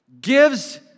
gives